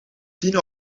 tien